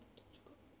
betul juga